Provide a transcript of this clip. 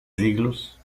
siglos